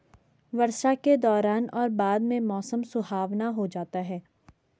वर्षा के दौरान और बाद में मौसम सुहावना हो जाता है